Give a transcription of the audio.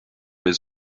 les